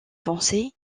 foncé